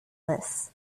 this